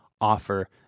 offer